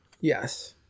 Yes